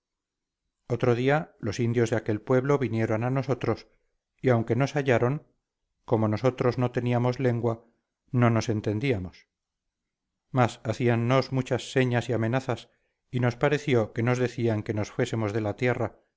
otro día los indios de aquel pueblo vinieron a nosotros y aunque nos hablaron como nosotros no teníamos lengua no los entendíamos mas hacíannos muchas señas y amenazas y nos pareció que nos decían que nos fuésemos de la tierra